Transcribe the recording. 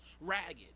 ragged